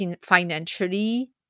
financially